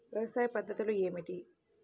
వ్యవసాయ పద్ధతులు ఏమిటి?